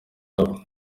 wabo